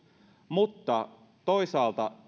mutta toisaalta